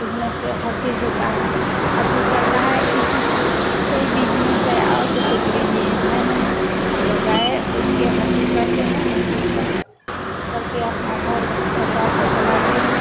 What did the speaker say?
business से हर चीज़ होती है हर चीज़ चलती है इसी से यही बिजनेस है और तो कुछ बिजनेस है नहीं हम लोग गाय को उसके हर चीज़ करते हैं हर चीज़ कर करके अपना घर परिवार को चलाते हैं